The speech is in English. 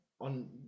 On